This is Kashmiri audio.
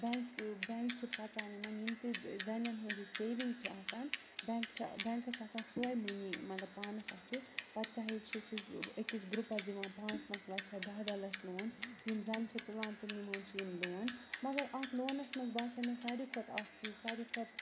بٮ۪نٛک بٮ۪نٛک چھِ پَژان یِمَن یِم تہِ زَنٮ۪ن ہُنٛد سیوِنٛگ چھِ آسان بٮ۪نٛک چھِ بٮ۪نٛکَس چھِ آسان سۄے مٔنی مطلب پانَس اَتھِ پَتہٕ چاہے چھِ سُہ أکِس گرُپَس دِوان پانٛژھ پانٛژھ لَچھ یا دَہ دَہ لَچھ لون یِم زَںہِ چھِ تُلان تہٕ نِوان چھِ یِم لون مگر اَتھ لونَس منٛز باسیٛاو مےٚ ساروے کھۄتہٕ اَکھ چیٖز ساروے کھۄتہٕ